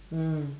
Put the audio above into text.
mm